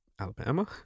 Alabama